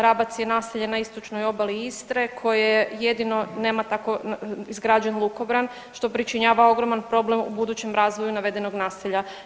Rabac je naselje na is točnoj obali Istre koje jedino nema tako izgrađen lukobran, što pričinjava ogroman problem budućem razvoju navedenog naselja.